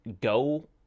go